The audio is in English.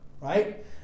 right